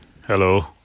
Hello